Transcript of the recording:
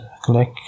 click